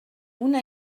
una